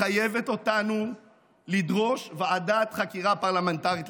מחייבת אותנו לדרוש ועדת חקירה פרלמנטרית,